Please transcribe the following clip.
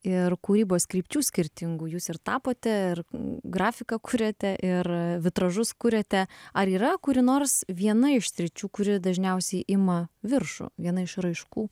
ir kūrybos krypčių skirtingų jūs ir tapote ir grafiką kuriate ir vitražus kuriate ar yra kuri nors viena iš sričių kuri dažniausiai ima viršų viena iš raiškų